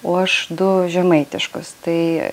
o aš du žemaitiškus tai